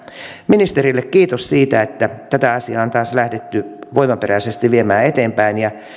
ministerille kiitos siitä että tätä asiaa on taas lähdetty voimaperäisesti viemään eteenpäin ja